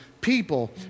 people